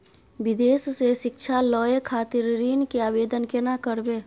विदेश से शिक्षा लय खातिर ऋण के आवदेन केना करबे?